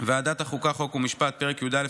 ועדת החוקה חוק ומשפט: פרק י"א,